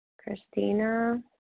Christina